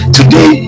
Today